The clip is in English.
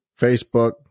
facebook